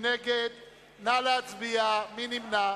מי נגד?